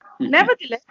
Nevertheless